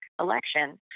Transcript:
election